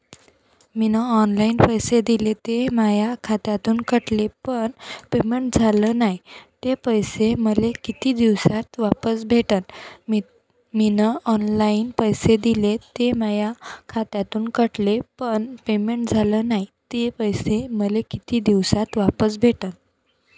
मीन online पैसे दिले, ते माया खात्यातून कटले, पण पेमेंट झाल नायं, ते पैसे मले कितीक दिवसात वापस भेटन?